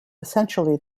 essentially